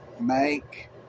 make